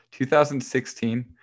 2016